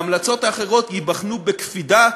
וההמלצות האחרות ייבחנו בקפידה,